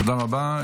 תודה רבה.